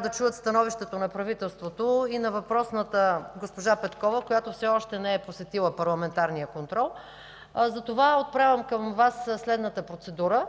да чуят становището на правителството и на въпросната госпожа Петкова, която все още не е посетила парламентарния контрол. Затова отправям към Вас следната процедура: